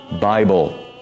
Bible